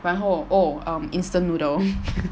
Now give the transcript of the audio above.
然后 oh um instant noodle